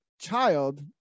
child